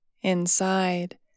Inside